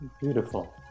Beautiful